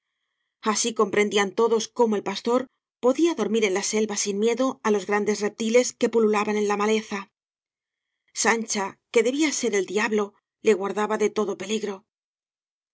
así comprendían todos cómo el pastor podía dormir en la selva sin miedo á los grandes reptiles que pululaban en la maleza sancha que debía ser el diablo le guardaba de todo peligro la